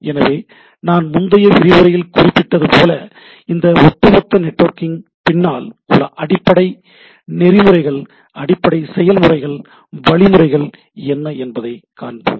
எனவே நான் முந்தைய விரிவுரையில் குறிப்பிட்டது போல இந்த ஒட்டுமொத்த நெட்வொர்க்கிங் பின்னால் உள்ள அடிப்படை நெறிமுறைகள் அடிப்படை செயல்முறைகள் வழிமுறைகள் என்ன என்பதைக் காண்போம்